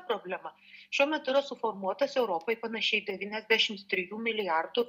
problema šiuo metu yra suformuotas europai panašiai devyniasdešims trijų milijardų